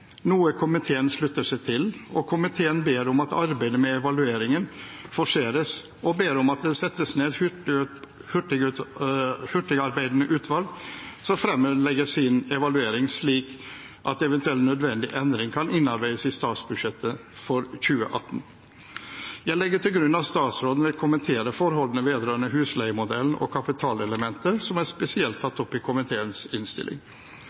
noe komiteen slutter seg til, og komiteen ber om at arbeidet med evalueringen forseres, og at det settes ned et hurtigarbeidende utvalg som fremlegger sin evaluering, slik at eventuell nødvendig endring kan innarbeides i statsbudsjettet for 2018. Jeg legger til grunn at statsråden vil kommentere forholdene vedrørende husleiemodellen og kapitalelementet som er spesielt tatt opp i komiteens innstilling.